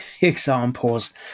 examples